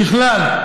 ככלל,